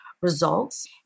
Results